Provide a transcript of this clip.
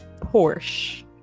porsche